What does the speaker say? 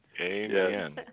Amen